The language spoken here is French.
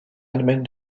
allemagne